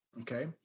Okay